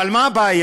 אבל מה הבעיה?